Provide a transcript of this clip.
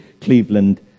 Cleveland